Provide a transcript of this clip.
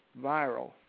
viral